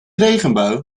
regenbui